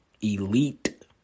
elite